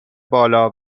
بالا